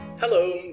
Hello